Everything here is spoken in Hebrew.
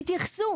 תתייחסו,